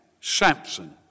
Samson